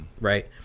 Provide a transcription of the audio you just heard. right